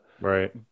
Right